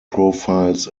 profiles